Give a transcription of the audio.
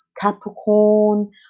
Capricorn